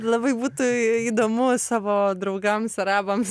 labai būtų įdomu savo draugams arabams